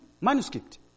manuscript